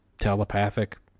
telepathic